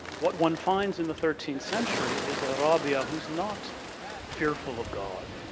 what one finds in the thirteenth century is ah-ra-bee-a who's not fearful of god,